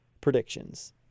predictions